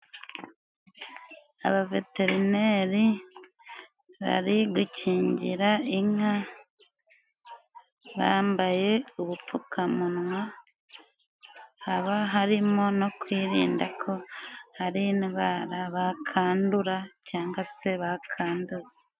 Abaveterineri bari gukingira inka bambaye ubupfukamunwa, haba harimo no kwirinda ko hari indwara bakandura cyangwa se bakanduza.